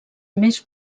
més